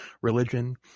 religion